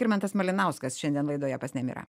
skirmantas malinauskas šiandien laidoje pas nemirą